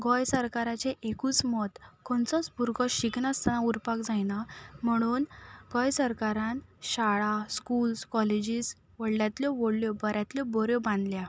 गोंय सरकाराचें एकूच मत खंयचोच भुरगो शिकनासतना उरपाक जायना म्हणून गोंय सरकारान शाळा स्कुल्स कॉलेजीस व्हडल्यांतल्यो व्हडल्यो बऱ्यांतल्यो बऱ्यो बांदल्या